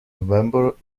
november